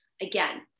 Again